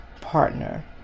partner